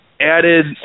added